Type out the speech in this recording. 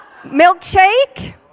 Milkshake